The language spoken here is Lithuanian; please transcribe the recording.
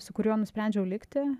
su kuriuo nusprendžiau likti